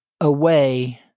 away